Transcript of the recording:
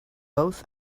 both